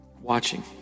watching